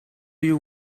you